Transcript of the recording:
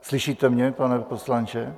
Slyšíte mě, pane poslanče?